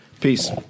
Peace